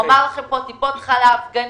הוא דיבר על טיפות חלב, גנים,